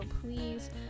please